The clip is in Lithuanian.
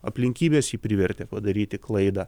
aplinkybės jį privertė padaryti klaidą